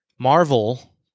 Marvel